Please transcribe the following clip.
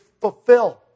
fulfill